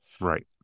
Right